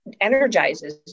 energizes